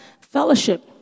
fellowship